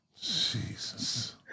Jesus